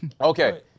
Okay